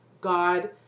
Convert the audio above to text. God